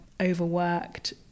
overworked